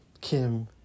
Kim